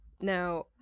Now